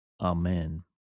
Amen